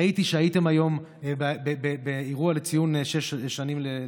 ראיתי שהייתם היום באירוע לציון שש שנים להליכתו,